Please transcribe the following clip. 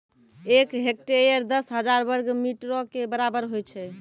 एक हेक्टेयर, दस हजार वर्ग मीटरो के बराबर होय छै